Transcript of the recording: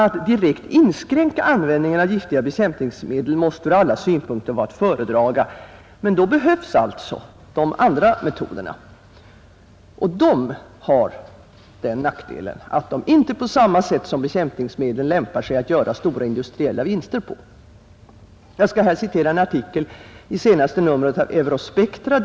Att direkt inskränka användningen av giftiga bekämpningsmedel, måste från alla synpunkter vara att föredraga, men då behövs alltså de andra metoderna, och de har den nackdelen att de inte på samma sätt som bekämpningsmedlen lämpar sig att göra stora industriella vinster på. Jag skall här återge en artikel i senaste numret av Eurospectra.